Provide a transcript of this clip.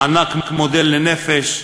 מענק מודל לנפש,